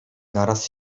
naraz